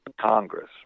Congress